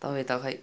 तपाईँ त खै